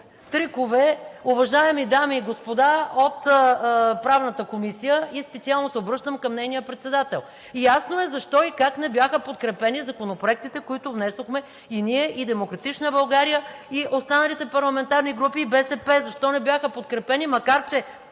трикове, уважаеми дами и господа от Правната комисия, и специално се обръщам към нейния председател. Ясно е защо и как не бяха подкрепени законопроектите, които внесохме и ние, и „Демократична България“, и останалите парламентарни групи – и БСП. Защо не бяха подкрепени, макар че